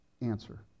answer